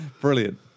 brilliant